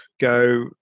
go